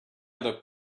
other